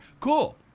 cool